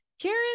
Karen